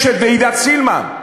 יש ועדת סילמן,